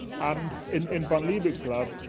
and in in von liebig's lab,